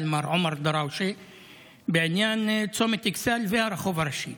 מר עומר דראושה בעניין צומת אכסאל והרחוב הראשי.